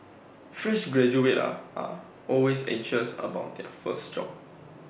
fresh graduates are are always anxious about their first job